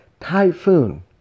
typhoon